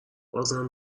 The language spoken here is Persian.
بازم